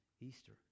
Easter